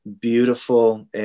beautiful